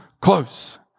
close